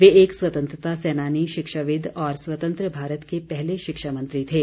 वे एक स्वतंत्रता सेनानी शिक्षाविद और स्वतंत्र भारत के पहले शिक्षा मंत्री थे